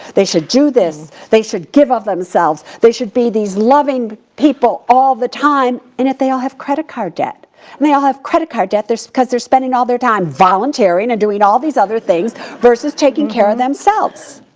they should do this. they should give of themselves. they should be these loving people all the time. and yet they all have credit card debt. and they all have credit card debt cause they're spending all their time volunteering and doing all these other things versus taking of themselves.